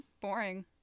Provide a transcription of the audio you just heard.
boring